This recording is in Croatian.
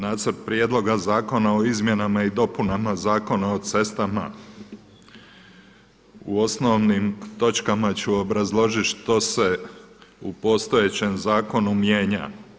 Nacrt prijedlog zakona o Izmjenama i dopunama Zakona o cestama u osnovnim točkama ću obrazložiti što se u postojećem zakonu mijenja.